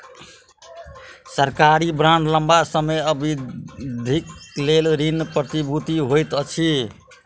सरकारी बांड लम्बा समय अवधिक लेल ऋण प्रतिभूति होइत अछि